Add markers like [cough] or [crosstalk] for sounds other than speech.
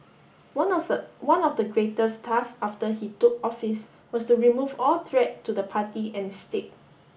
one [unintelligible] one of the greatest task after he took office was to remove all threat to the party and state